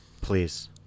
Please